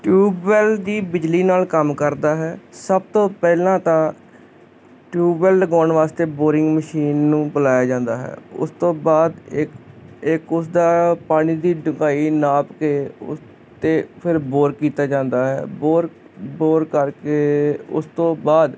tubewell ਦੀ ਬਿਜਲੀ ਨਾਲ ਕੰਮ ਕਰਦਾ ਹੈ ਸਭ ਤੋਂ ਪਹਿਲਾਂ ਤਾਂ ਟਿਊਬਵੈਲ ਲਗਾਉਣ ਵਾਸਤੇ ਬੋਰਿੰਗ ਮਸ਼ੀਨ ਨੂੰ ਬੁਲਾਇਆ ਜਾਂਦਾ ਹੈ ਉਸ ਤੋਂ ਬਾਦ ਇੱਕ ਇੱਕ ਉਸਦਾ ਪਾਣੀ ਦੀ ਢੂੰਘਾਈ ਨਾਪ ਕੇ ਉਸ ਤੇ ਫੇਰ ਬੋਰ ਕੀਤਾ ਜਾਂਦਾ ਹੈ ਬੋਰ ਬੋਰ ਕਰਕੇ ਉਸਤੋਂ ਬਾਦ